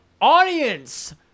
audience